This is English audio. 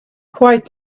quiet